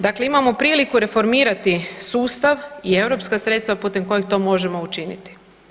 Dakle, imamo priliku reformirati sustav i europska sredstva putem kojih to možemo učiniti.